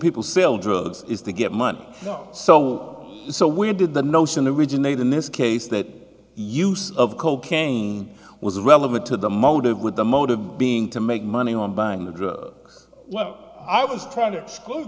people sell drugs is to get money out so low so where did the notion of originate in this case that use of cocaine was relevant to the motive with the motive being to make money on buying the drug well i was trying to